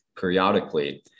periodically